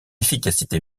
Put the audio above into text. efficacité